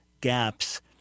gaps